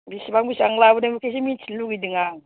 बिसिबां बिसिबांनि लाबोदों बेखौ एसे मिथिनो लुबैदों आं